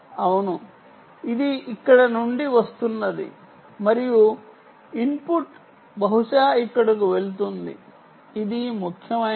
అవును ఇది ఇక్కడ నుండి వస్తున్నది మరియు ఇన్పుట్ బహుశా ఇక్కడకు వెళుతుంది ఇది ముఖ్యమైనది